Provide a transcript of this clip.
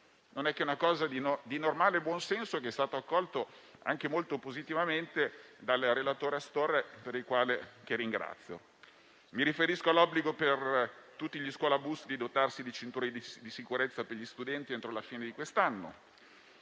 non è che una cosa di normale buon senso, accolta molto positivamente dal relatore Astorre, che ringrazio. Mi riferisco all'obbligo per tutti gli scuolabus di dotarsi di cinture di sicurezza per gli studenti entro la fine di quest'anno;